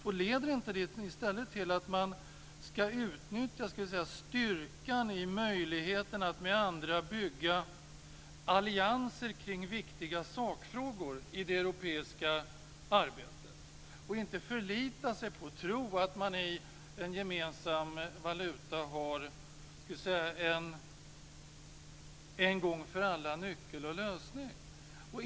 Och leder inte det i stället till insikten att man ska utnyttja styrkan i möjligheten att med andra bygga allianser kring viktiga sakfrågor i det europeiska arbetet och inte förlita sig på, eller tro, att man i en gemensam valuta har en nyckel och en lösning en gång för alla?